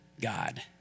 God